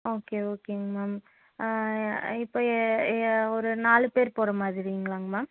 okay ஓகேங்க ma'am இப்போ ஒரு நாலு பேர் போகிற மாதிரிங்களாங்க மேம்